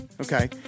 Okay